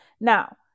Now